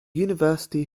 university